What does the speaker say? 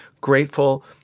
grateful